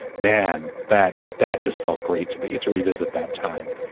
man, that that just felt great to be to revisit that time.